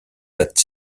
that